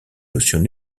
notions